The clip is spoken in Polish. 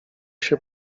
się